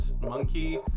monkey